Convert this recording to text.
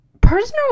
personal